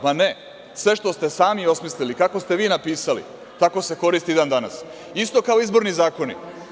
Pa ne, sve što ste sami osmislili, kako ste vi napisali, tako se koristi i dan danas, isto kao izborni zakoni.